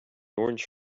orange